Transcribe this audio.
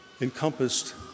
encompassed